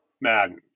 Madden